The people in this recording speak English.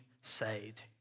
saved